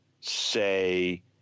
say